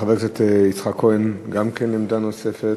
חבר הכנסת יצחק כהן, גם כן עמדה נוספת.